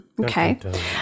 Okay